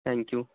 thank you